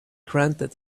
granted